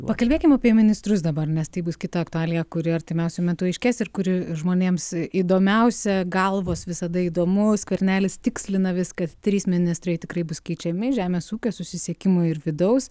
pakalbėkim apie ministrus dabar nes tai bus kita aktualija kuri artimiausiu metu aiškės ir kuri žmonėms įdomiausia galvos visada įdomu skvernelis tikslina vis kad trys ministrai tikrai bus keičiami žemės ūkio susisiekimo ir vidaus